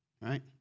right